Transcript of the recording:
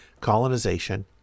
colonization